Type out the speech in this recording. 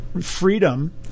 freedom